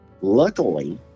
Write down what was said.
Luckily